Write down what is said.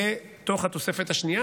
לתוך התוספת השנייה,